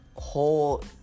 Whole